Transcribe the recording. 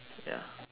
ya